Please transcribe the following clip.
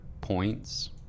points